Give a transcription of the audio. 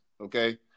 okay